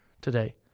today